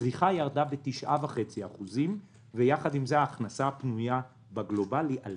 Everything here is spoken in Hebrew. הצריכה ירדה ב-9.5% ויחד עם זה ההכנסה הפנויה באופן גלובלי עלתה.